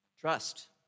trust